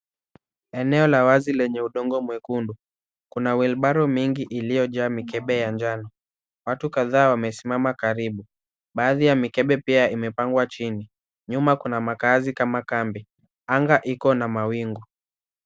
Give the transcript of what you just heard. Eneo la wazi lenye udongo mwekundu. Kuna wheelbarrow nyingi iliyojaa mikebe ya njano. Watu kadhaa wamesimama karibu. Baadhi ya mikebe pia imepangwa chini. Nyuma kuna makaazi kama kambi. Anga iko na mawingu.